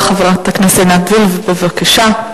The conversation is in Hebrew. הדוברת הבאה, חברת הכנסת עינת וילף, בבקשה.